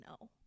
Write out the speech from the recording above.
no